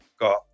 got